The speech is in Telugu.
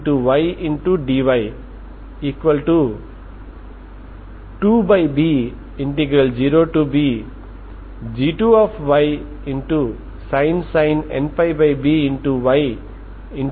మరియు 2≠0 నుండి ఈ ప్లేట్ పారామీటర్ కాబట్టి మీరు uxxuyy0 కలిగి ఉంటారు ఇది ఉష్ణోగ్రత కోసం మీ లాప్లేస్ సమీకరణం తప్ప మరొకటి కాదు